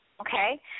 Okay